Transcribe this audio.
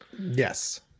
Yes